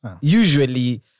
usually